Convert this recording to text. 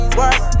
work